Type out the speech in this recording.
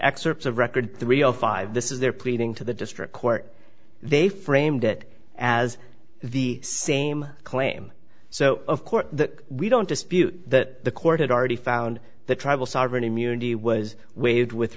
excerpts of record three o five this is their pleading to the district court they framed it as the same claim so of course that we don't dispute that the court had already found the trouble sovereign immunity was waived with